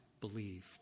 believed